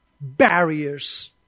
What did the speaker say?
barriers